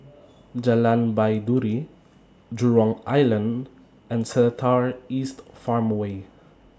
Jalan Baiduri Jurong Island and Seletar East Farmway